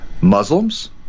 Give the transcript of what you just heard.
Muslims